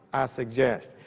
i suggest.